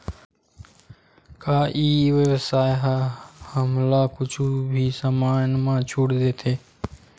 का ई व्यवसाय ह हमला कुछु भी समान मा छुट देथे?